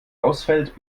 ausfällt